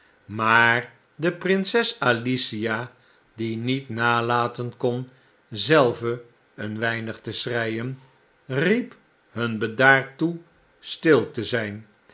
maar de prinses alicia die niet nalaten kon zelve een weinig te schreien riep hun bedaard toe stil te zjjn